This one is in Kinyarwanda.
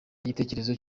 igitekerezo